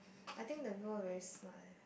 I think the people very smart eh